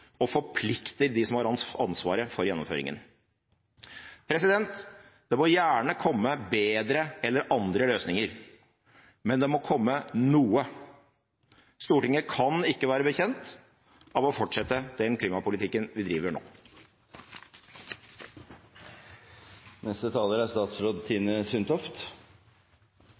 og forplikter dem som har ansvaret for gjennomføringen. Det må gjerne komme bedre eller andre løsninger, men det må komme noe. Stortinget kan ikke være bekjent av å fortsette den klimapolitikken vi driver nå.